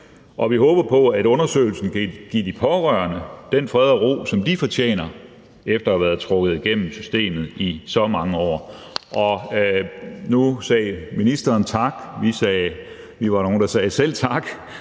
og vi håber på, at undersøgelsen kan give de pårørende den fred og ro, som de fortjener, efter at være trukket igennem systemet i så mange år. Nu sagde ministeren tak, og vi var nogle, der sagde selv tak